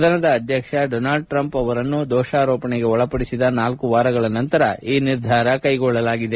ಸದನದ ಅಧ್ಯಕ್ಷ Donald Trump ಅವರನ್ನು ದೋಷಾರೋಪಣೆಗೆ ಒಳಪದಿಸಿದ ನಾಲ್ಕು ವಾರಗಳ ನಂತರ ಈ ನಿರ್ಧಾರ ಕೈಗೊಳ್ಳಲಾಗಿದೆ